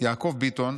יעקב ביטון,